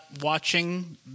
watching